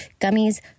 gummies